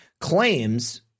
claims